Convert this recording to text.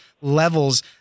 levels